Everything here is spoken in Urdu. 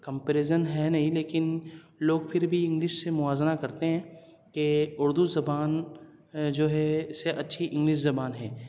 کمپریزن ہے نہیں لیکن لوگ پھر بھی انگلش سے موازنہ کرتے ہیں کہ اردو زبان جو ہے اس سے اچھی انگلش زبان ہے